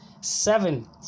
seven